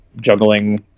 juggling